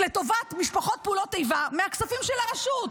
לטובת משפחות פעולות איבה מהכספים של הרשות.